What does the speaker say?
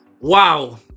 Wow